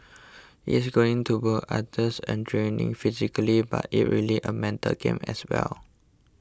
it's going to go arduous and draining physically but it really a mental game as well